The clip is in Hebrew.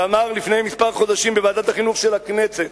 שאמר לפני כמה חודשים בוועדת החינוך של הכנסת,